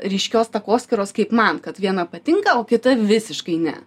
ryškios takoskyros kaip man kad viena patinka o kita visiškai ne